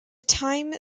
time